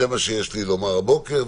זה מה שיש לי לומר הבוקר,